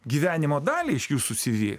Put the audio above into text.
gyvenimo dalį iš jūsų cv